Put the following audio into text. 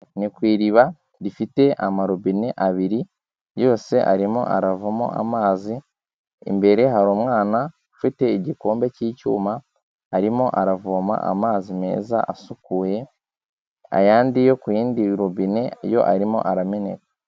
Ni ku iriba, rifite amarobine abiri, yose arimo aravamo amazi, imbere hari umwana ufite igikombe cy'icyuma, arimo aravoma amazi meza asukuye, ayandi yo ku yindi robine yo arimo arameneka.